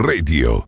Radio